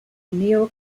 neo